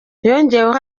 yongeyeho